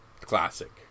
classic